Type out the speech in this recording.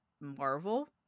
Marvel